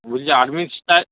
বলছি army style